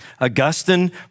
Augustine